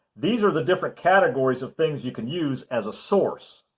these are the different categories of things you can use as a source.